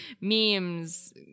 memes